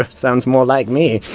ah sounds more like me!